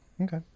Okay